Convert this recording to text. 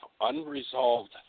unresolved